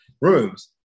rooms